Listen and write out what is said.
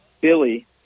Billy